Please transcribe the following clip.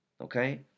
Okay